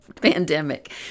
pandemic